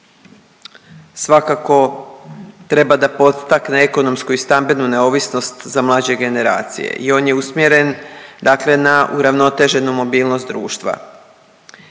svakako treba da podstakne ekonomsku i stambenu neovisnost za mlađe generacije i on je usmjeren dakle na uravnoteženu mobilnost društva